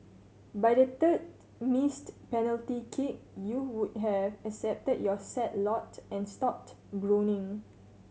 by the third missed penalty kick you would have accepted your sad lot and stopped groaning